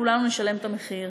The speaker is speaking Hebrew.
כולנו נשלם את המחיר.